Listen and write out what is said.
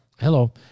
hello